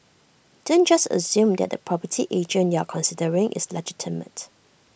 don't just assume that the property agent you are considering is legitimate